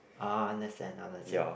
ah understand understand